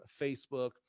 Facebook